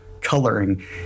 coloring